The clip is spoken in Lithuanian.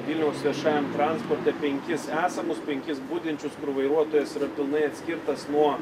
vilniaus viešajam transportui penkis esamus penkis budinčius kur vairuotojas yra pilnai atskirtas nuo